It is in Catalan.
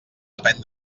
depèn